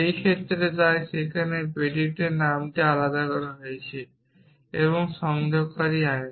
এই ক্ষেত্রে তাই এখানে predicate নামটি আলাদা করা হয়েছে এবং আপনি সংযোগকারী জানেন